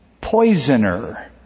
poisoner